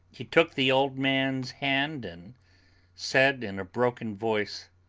he took the old man's hand and said in a broken voice